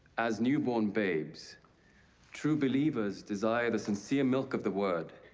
as newborn babes true believers desire the sincere milk of the word.